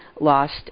lost